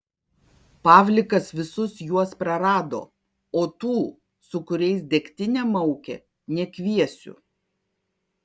pavlikas visus juos prarado o tų su kuriais degtinę maukė nekviesiu